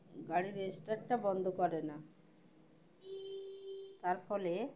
গাড়ির স্টার্টটা বন্ধ করে না তার ফলে